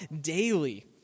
daily